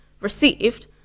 received